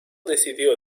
decidió